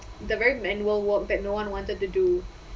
the very manual work but that no one wanted to do